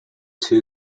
two